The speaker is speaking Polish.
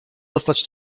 dostać